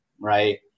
right